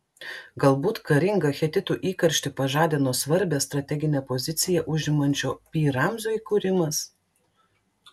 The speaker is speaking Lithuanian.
galbūt karingą hetitų įkarštį pažadino svarbią strateginę poziciją užimančio pi ramzio įkūrimas